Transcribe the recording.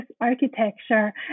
architecture